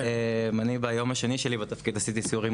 אני ביום השני שלי בתפקיד עשיתי סיור עם